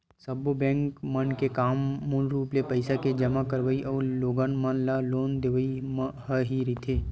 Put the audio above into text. सब्बो बेंक मन के काम मूल रुप ले पइसा के जमा करवई अउ लोगन मन ल लोन देवई ह ही रहिथे